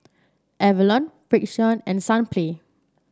Avalon Frixion and Sunplay